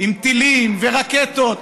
עם טילים ורקטות,